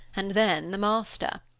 and then the master.